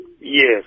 Yes